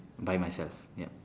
by myself yup